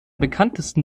bekanntesten